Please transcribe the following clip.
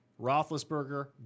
Roethlisberger